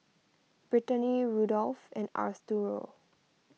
Britany Rudolf and Arturo